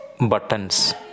Buttons